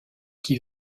qui